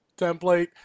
template